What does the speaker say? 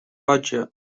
budget